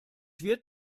wird